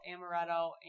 Amaretto